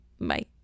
Bye